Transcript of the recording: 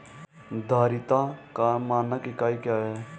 धारिता का मानक इकाई क्या है?